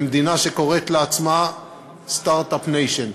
במדינה שקוראת לעצמה Start-up Nation,